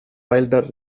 wilder